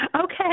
Okay